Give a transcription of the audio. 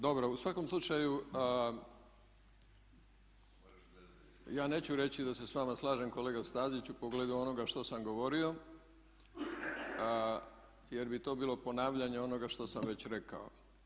Dobro, u svakom slučaju ja neću reći da se s vama slažem kolega Staziću u pogledu onoga što sam govorio jer bi to bilo ponavljanje onoga što sam već rekao.